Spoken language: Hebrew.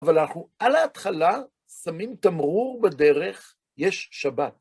אבל אנחנו על ההתחלה שמים תמרור בדרך יש שבת.